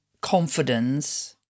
confidence